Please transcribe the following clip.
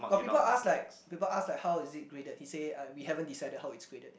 got people ask like people ask like how is it graded he say uh we haven't decided how it's graded